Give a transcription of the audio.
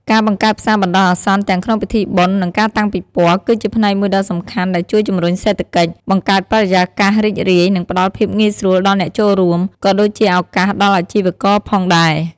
ការបង្កើតផ្សារបណ្ដោះអាសន្នទាំងក្នុងពិធីបុណ្យ និងការតាំងពិព័រណ៍ គឺជាផ្នែកមួយដ៏សំខាន់ដែលជួយជំរុញសេដ្ឋកិច្ច បង្កើតបរិយាកាសរីករាយ និងផ្ដល់ភាពងាយស្រួលដល់អ្នកចូលរួម ក៏ដូចជាឱកាសដល់អាជីវករផងដែរ។